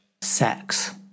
Sex